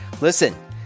Listen